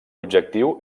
objectiu